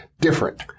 different